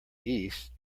east